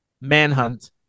Manhunt